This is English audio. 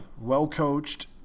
Well-coached